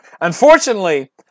Unfortunately